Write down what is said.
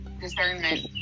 discernment